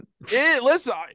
listen